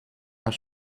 are